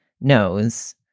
knows